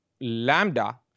lambda